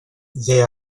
they